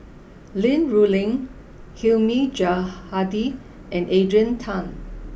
Li Rulin Hilmi Johandi and Adrian Tan